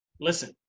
listen